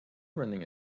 running